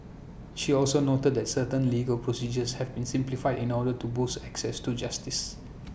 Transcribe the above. she also noted that certain legal procedures have been simplified in order to boost access to justice